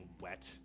wet